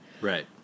Right